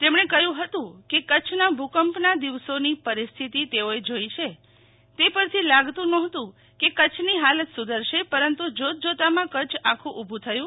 તેમણે કહ્યું હતું કે કચ્છના ભુકંપના દિવસોની પરિસ્થિતિથી તેઓ જોઈ છે તે પરથી લાગતું નહોતું કે કચ્છની હાલાત સુધરશે પરંતુ જોતજોતામાં કચ્છ આખું ઉભું થયું